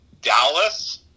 Dallas